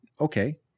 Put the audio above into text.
okay